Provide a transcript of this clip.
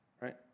Right